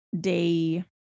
day